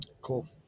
Cool